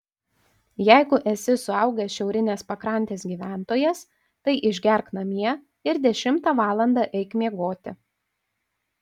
jeigu esi suaugęs šiaurinės pakrantės gyventojas tai išgerk namie ir dešimtą valandą eik miegoti